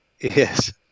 Yes